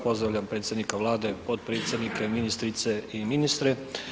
Pozdravljam predsjednika Vlade, potpredsjednike, ministrice i ministre.